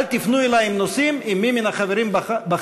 אל תפנו אלי עם נושאים אם מי מן מהחברים בחר.